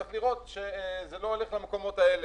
צריך לראות שזה לא הולך למקומות האלה.